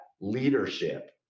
leadership